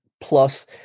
plus